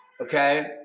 Okay